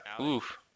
Oof